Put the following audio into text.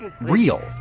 real